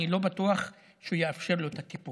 אני לא בטוח שהוא יאפשר לו את הטיפול.